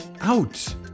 out